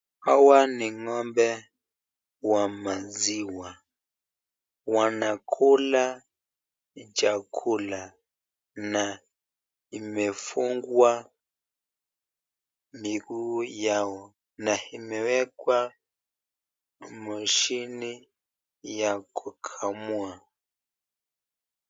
Hawa ni ng'ombe wa maziwa. Wanakula chakula na imefungwa miguu yao na imewekwa mashini ya kukamua.